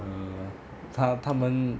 他他们